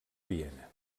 viena